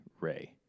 Ray